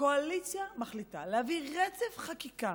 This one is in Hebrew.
הקואליציה מחליטה להביא רצף חקיקה